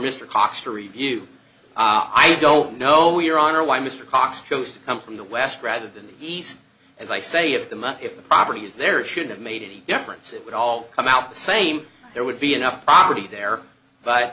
mr cox to review i don't know your honor why mr cox chose to come from the west rather than the east as i say of the money if the property is there it should have made any difference it would all come out the same there would be enough property there but